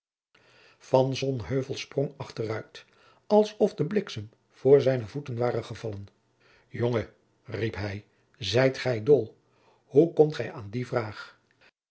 sprong achteruit als of de bliksem voor zijne voeten ware gevallen jongen riep hij zijt gij dol hoe komt gij aan die vraag